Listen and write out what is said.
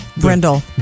Brindle